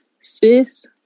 sis